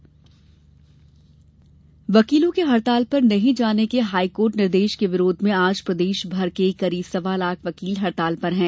वकील हड़ताल वकीलों के हड़ताल पर नहीं जाने के हाईकोर्ट निर्देश के विरोध में आज प्रदेशभर के करीब सवा लाख वकील हड़ताल पर हैं